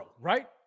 right